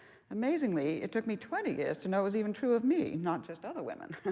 amazingly, it took me twenty years to know it was even true of me, not just other women.